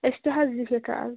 أسۍ تہِ حظ بیٚہتھ آز